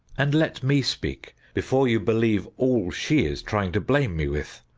and let me speak be fore you believe all she is trying to blame me with.